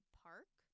park